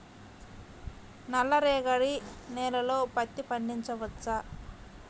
నల్ల రేగడి నేలలో పత్తి పండించవచ్చా?